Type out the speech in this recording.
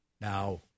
Now